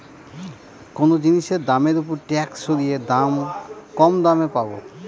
কোনো জিনিসের দামের ওপর ট্যাক্স সরিয়ে কম দামে পাবো